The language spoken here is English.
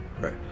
right